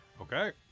Okay